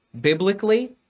biblically